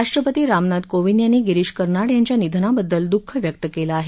राष्ट्रपती रामनाथ कोंविद यांनी गिरीश कर्नाड यांच्या निधनाबददल द्ःख व्यक्त केलं आहे